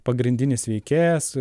pagrindinis veikėjas